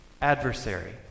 adversary